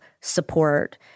support